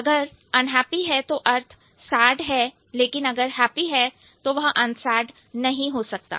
अगर unhappy unhappy है तो अर्थ sad सैंड है लेकिन अगर happy है तो वह unsad अन्सैडनहीं हो सकता